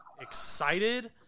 excited